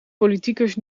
politiekers